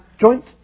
joint